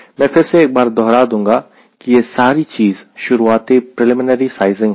मैं फिर से एक बार दोहरा दूंगा कि यह सारी चीज शुरुआती प्रिलिमनरी साइजिंग है